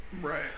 Right